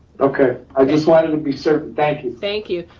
okay, i just wanted it to be certain. thank you. thank you.